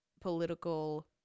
political